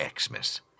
Xmas